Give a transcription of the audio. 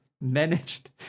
managed